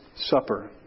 Supper